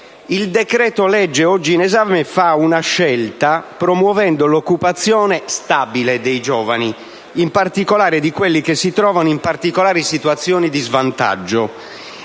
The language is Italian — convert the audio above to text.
Il decreto‑legge oggi in esame fa una scelta promuovendo l'occupazione stabile dei giovani, specialmente di quelli che si trovano in particolari situazioni di svantaggio.